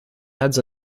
adds